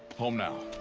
home now.